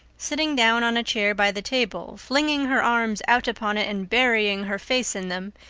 sitting down on a chair by the table, flinging her arms out upon it, and burying her face in them,